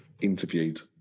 interviewed